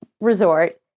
resort